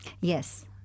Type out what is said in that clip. Yes